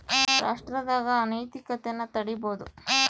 ರಾಷ್ಟ್ರದಾಗ ಅನೈತಿಕತೆನ ತಡೀಬೋದು